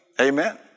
Amen